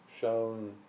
shown